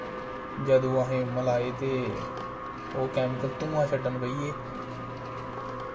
जदूं असें मलाए ते ओह् केमिकल धुआं छड्डन बेहिये